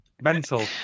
Mental